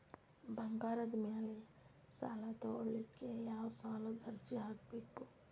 ಬಂಗಾರದ ಮ್ಯಾಲೆ ಸಾಲಾ ತಗೋಳಿಕ್ಕೆ ಯಾವ ಸಾಲದ ಅರ್ಜಿ ಹಾಕ್ಬೇಕು?